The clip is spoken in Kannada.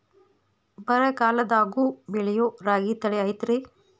ಬರಗಾಲದಾಗೂ ಬೆಳಿಯೋ ರಾಗಿ ತಳಿ ಐತ್ರಿ?